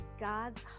God's